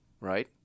right